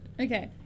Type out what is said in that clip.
Okay